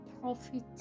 profit